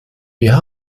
wir